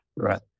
Right